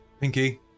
Pinky